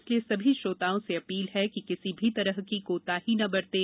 इसलिए सभी श्रोताओं से अपील है कि किसी भी तरह की कोताही न बरतें